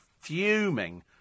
fuming